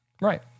Right